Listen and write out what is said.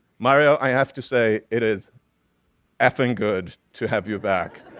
mario, i have to say it is ah f-ing good to have you back.